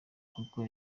kuko